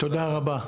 תודה רבה.